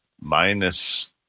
minus